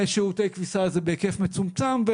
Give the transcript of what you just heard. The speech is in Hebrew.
שירותי כביסה זה בהיקף מצומצם,